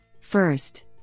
First